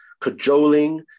cajoling